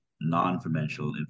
non-financial